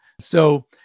So-